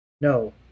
No